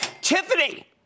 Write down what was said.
Tiffany